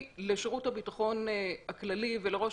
ממילא מדובר במקרים פרטניים וספורים.